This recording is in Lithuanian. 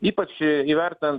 ypač įvertinant